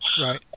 Right